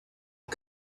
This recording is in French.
aux